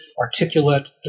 articulate